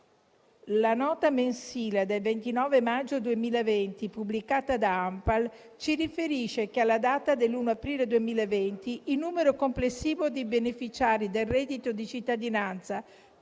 La nota mensile del 29 maggio 2020 pubblicata da ANPAL ci riferisce che alla data del 1° aprile 2020 il numero complessivo di beneficiari del reddito di cittadinanza